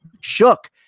shook